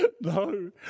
No